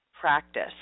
practice